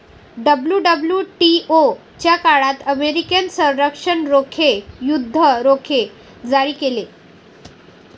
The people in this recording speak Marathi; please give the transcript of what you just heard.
डब्ल्यू.डब्ल्यू.टी.ओ च्या काळात अमेरिकेने संरक्षण रोखे, युद्ध रोखे जारी केले